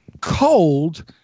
cold